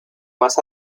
más